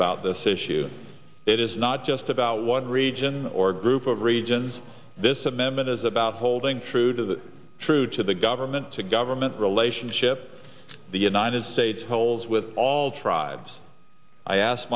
about this issue it is not just about one region or group of regions this amendment is about holding true to the truth to the government to government relationship the united states polls with all tribes i asked